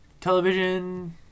television